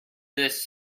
this